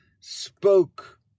spoke